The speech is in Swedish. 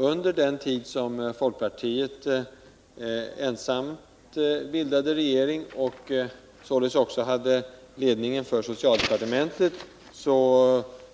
Under den tid som folkpartiet ensamt bildade regering, och således också hade ledningen för socialdepartementet,